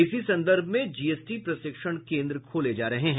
इसी संदर्भ में जीएसटी प्रशिक्षण केन्द्र खोले जा रहे हैं